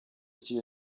eating